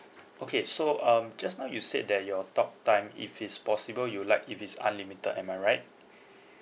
okay so um just now you said that your talk time if it's possible you'd like if it's unlimited am I right